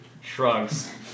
shrugs